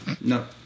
No